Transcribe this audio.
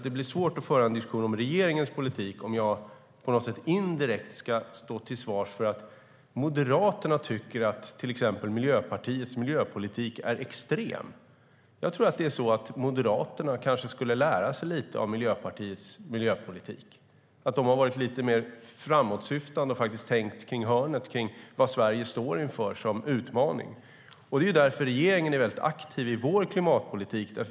Det är svårt att föra en diskussion om regeringens politik om jag på något sätt indirekt ska stå till svars för att Moderaterna tycker att Miljöpartiets miljöpolitik är extrem. Jag tror att Moderaterna kan lära sig av Miljöpartiets miljöpolitik. De har varit lite mer framåtsyftande och tänkt runt hörnet när det gäller de utmaningar som Sverige står inför. Regeringen för en väldigt aktiv miljöpolitik.